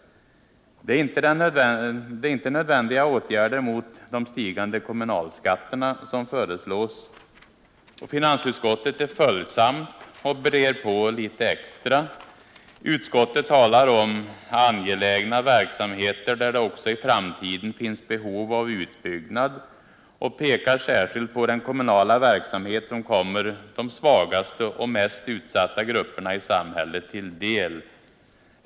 Det är inte nödvändiga åtgärder mot de stigande kommunalskatterna som föreslås. Finansutskottet är följsamt och brer på litet extra. Utskottet talar om ”angelägna verksamheter, där det också i framtiden finns behov av utbyggnad” och pekar särskilt på ”den kommunala verksamhet som kommer de svagaste och mest utsatta grupperna i samhället till del”.